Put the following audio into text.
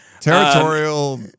Territorial